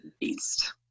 beast